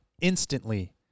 instantly